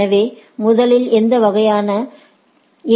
எனவே முதலில் எந்த வகையான ஏ